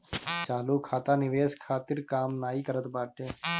चालू खाता निवेश खातिर काम नाइ करत बाटे